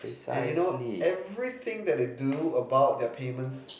and you know everything that they do about their payments